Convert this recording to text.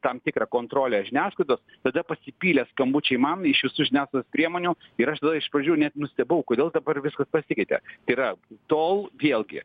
tam tikrą kontrolę žiniasklaidos tada pasipylė skambučiai man iš visų žiniasklaidos priemonių ir aš tada iš pradžių net nustebau kodėl dabar viskas pasikeitė tai yra tol vėlgi